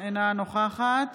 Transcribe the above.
אינה נוכחת